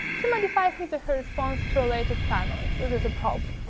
to modify his or her response to a later stimulus. this is a probe.